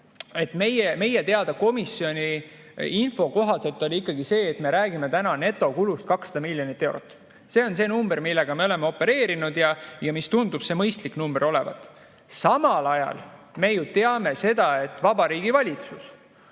Meie teada, komisjoni info kohaselt on ikkagi see, et me räägime täna netokulust 200 miljonit eurot. See on see number, millega me oleme opereerinud ja mis tundub mõistlik number olevat. Samal ajal me ju teame seda, et meil kunagi